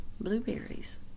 blueberries